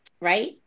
Right